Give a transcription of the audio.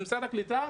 ממשרד הקליטה,